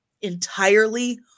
entirely